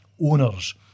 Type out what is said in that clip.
owners